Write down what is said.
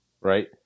Right